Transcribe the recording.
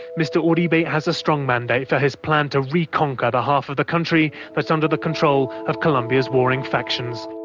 mr uribe has a strong mandate for his plan to re-conquer the half of the country that's under the control of colombia's warring factions.